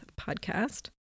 podcast